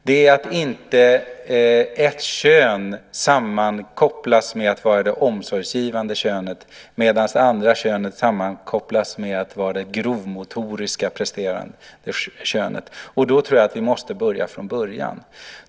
Det ska inte vara ett kön som sammankopplas med att vara det omsorgsgivande könet medan det andra könet sammankopplas med att vara det grovmotoriska, presterande könet. Då tror jag att vi måste börja från början.